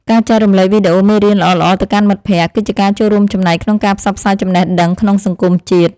ការចែករំលែកវីដេអូមេរៀនល្អៗទៅកាន់មិត្តភក្តិ គឺជាការចូលរួមចំណែកក្នុងការផ្សព្វផ្សាយចំណេះដឹងក្នុងសង្គមជាតិ។